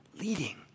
leading